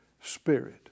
spirit